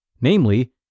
namely